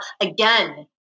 again